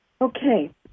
Okay